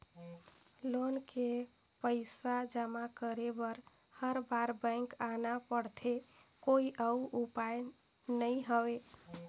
Loan के पईसा जमा करे बर हर बार बैंक आना पड़थे कोई अउ उपाय नइ हवय?